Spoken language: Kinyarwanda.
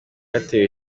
yatewe